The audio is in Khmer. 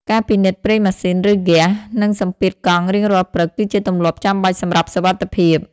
ការពិនិត្យប្រេងម៉ាស៊ីន ឬ ហ្គាស និងសម្ពាធកង់រៀងរាល់ព្រឹក គឺជាទម្លាប់ចាំបាច់សម្រាប់សុវត្ថិភាព។